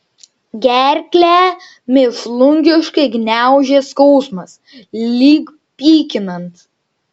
gerklę mėšlungiškai gniaužė skausmas lyg pykinant